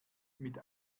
mit